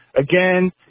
Again